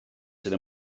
sydd